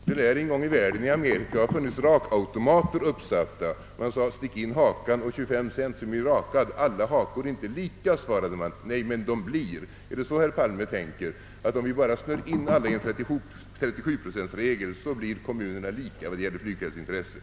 Det lär en gång i Amerika ha funnits rakautomater uppsatta. Man sade: Stick in hakan och betala 25 cent, så blir Ni rakad. Alla hakor är inte lika, svarades det. — Nej, men de blir. Är det så herr Palme tänkt sig — att om vi bara snör in alla enligt 37-procentsregeln, så blir kommunerna lika vad gäller flygfältsintresset?